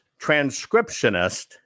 transcriptionist